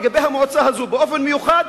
לגבי המועצה הזו באופן מיוחד,